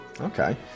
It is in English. Okay